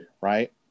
Right